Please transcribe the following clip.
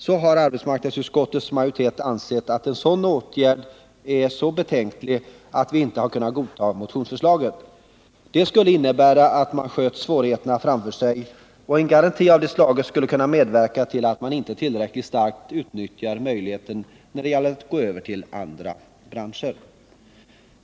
Vi har i arbetsmarknadsutskottets majoritet ansett en sådan åtgärd så betänklig, att vi inte har kunnat godta motionsförslaget. Det skulle innebära att man sköt svårigheterna framför sig, och en garanti av det här slaget skulle kunna medverka till att man inte tillräckligt starkt utnyttjar möjligheterna att gå över till andra branscher.